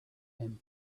him